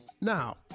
Now